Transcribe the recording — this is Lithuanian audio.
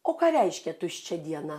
o ką reiškia tuščia diena